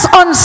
on